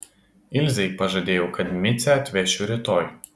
ilzei pažadėjau kad micę atvešiu rytoj